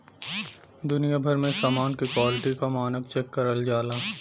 दुनिया भर में समान के क्वालिटी क मानक चेक करल जाला